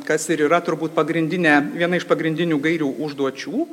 kas ir yra turbūt pagrindinė viena iš pagrindinių gairių užduočių